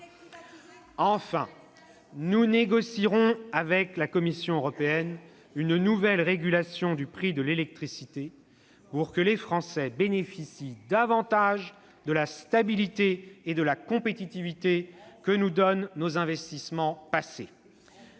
Enfin, nous négocierons avec la Commission européenne une nouvelle régulation du prix de l'électricité, pour que les Français bénéficient davantage de la stabilité et de la compétitivité que nous donnent nos investissements passés.